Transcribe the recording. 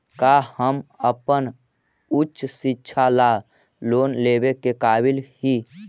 का हम अपन उच्च शिक्षा ला लोन लेवे के काबिल ही?